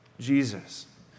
Jesus